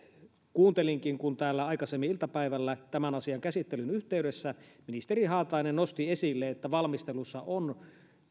kuuntelinkin kun täällä aikaisemmin iltapäivällä tämän asian käsittelyn yhteydessä ministeri haatainen nosti esille että valmistelussa on